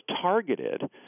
targeted